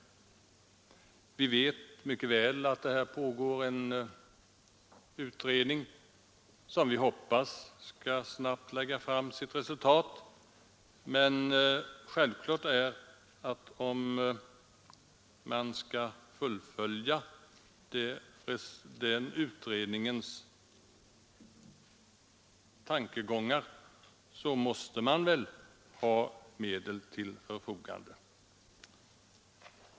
Vi vet mycket väl att det pågår en utredning på detta område, och vi hoppas att den snabbt skall kunna lägga fram sitt resultat. Men för att kunna fullfölja denna utrednings tankegångar måste man självfallet ha medel till förfogande.